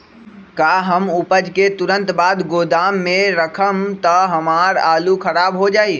का हम उपज के तुरंत बाद गोदाम में रखम त हमार आलू खराब हो जाइ?